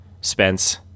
Spence